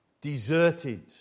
deserted